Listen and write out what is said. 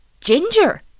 ginger